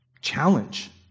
challenge